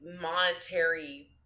monetary